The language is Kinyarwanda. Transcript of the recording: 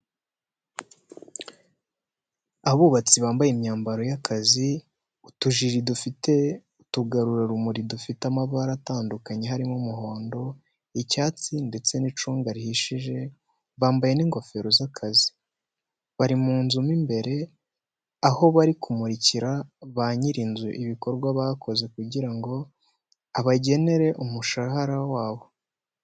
Abubatsi bambaye imyambaro y'akazi, utujire dufite utugarurarumuri dufite amabara atandukanye harimo umuhondo, icyatsi, ndetse n'icunga rihishije, bambaye n'ingofero z'akazi. Bari mu nzu mo imbere aho bari kumurikira ba nyir'inzu ibikorwa bakoze kugira ngo abagenere umushahara wabo.